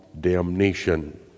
damnation